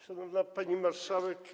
Szanowna Pani Marszałek!